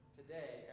today